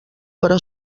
però